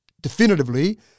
definitively